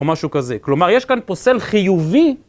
או משהו כזה, כלומר יש כאן פוסל חיובי.